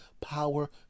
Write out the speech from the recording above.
power